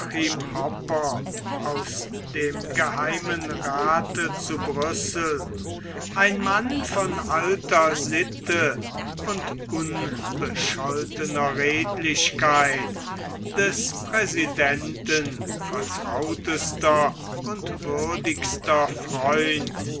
aus dem geheimen rathe zu brüssel ein mann von alter sitte und unbescholtener redlichkeit des präsidenten vertrautester und würdigster freund